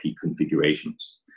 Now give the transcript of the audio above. configurations